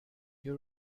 you